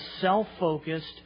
self-focused